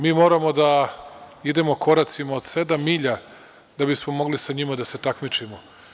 Mi moramo da idemo koracima od sedam milja da bismo mogli sa njima da se takmičimo.